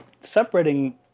separating